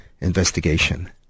Investigation